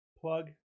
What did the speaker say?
plug